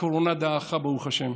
הקורונה דעכה, ברוך השם,